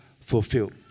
fulfilled